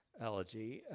elegy,